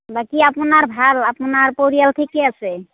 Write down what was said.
বাকী আপোনাৰ ভাল আপোনাৰ পৰিয়াল ঠিকেই আছে